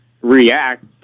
react